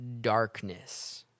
darkness